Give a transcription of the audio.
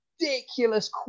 ridiculous